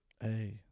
hey